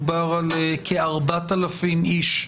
מדובר על כ-4,000 איש,